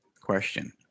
question